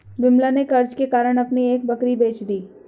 विमला ने कर्ज के कारण अपनी एक बकरी बेच दी